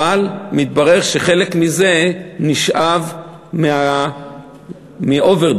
מתברר שחלק מזה נשאב מאוברדרפט.